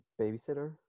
babysitter